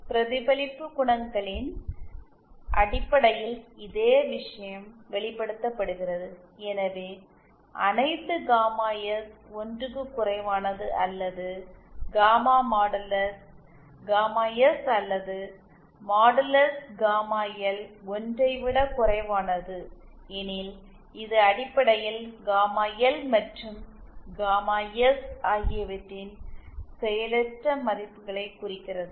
பிரதிபலிப்பு குணகங்களின் அடிப்படையில் இதே விஷயம் வெளிப்படுத்தப்படுகிறது எனவே அனைத்து காமா எஸ் 1 க்கும் குறைவானது அல்லது காமா மாடுலஸ் காமா எஸ் அல்லது மாடுலஸ் காமா எல் 1 ஐ விடக் குறைவானது எனில் இது அடிப்படையில் காமா எல் மற்றும் காமா எஸ் ஆகியவற்றின் செயலற்ற மதிப்புகளைக் குறிக்கிறது